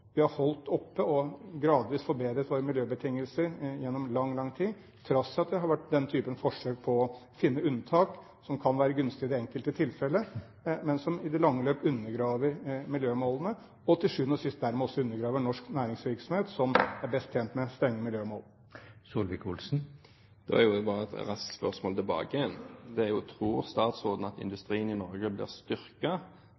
Vi har holdt oppe og gradvis forbedret våre miljøbetingelser gjennom lang, lang tid, trass i at det har vært den typen forsøk på å finne unntak som kan være gunstig i det enkelte tilfellet, men som i det lange løp undergraver miljømålene, og til sjuende og sist dermed også undergraver norsk næringsvirksomhet, som er best tjent med strenge miljømål. Da er det bare et raskt spørsmål tilbake, og det er: Tror statsråden at